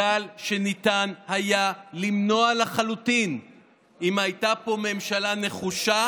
גל שניתן היה למנוע לחלוטין אם הייתה פה ממשלה נחושה